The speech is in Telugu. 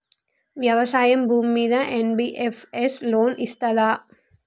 వ్యవసాయం భూమ్మీద ఎన్.బి.ఎఫ్.ఎస్ లోన్ ఇస్తదా?